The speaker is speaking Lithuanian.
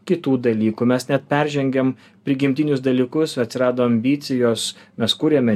kitų dalykų mes net peržengiam prigimtinius dalykus atsirado ambicijos mes kuriame